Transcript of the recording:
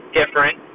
different